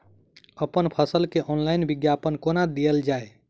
अप्पन फसल केँ ऑनलाइन विज्ञापन कोना देल जाए?